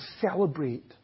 celebrate